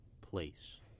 place